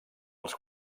els